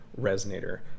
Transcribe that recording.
resonator